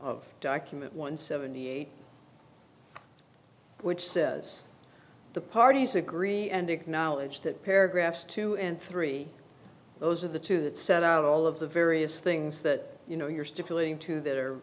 of document one seventy eight which says the parties agree and acknowledge that paragraphs two and three those are the two that set out all of the various things that you know you're stipulating to th